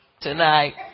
tonight